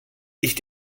ich